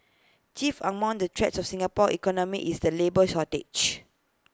chief among the threats to Singapore's economy is the labour shortage